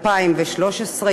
2013,